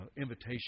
invitation